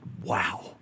Wow